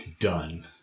done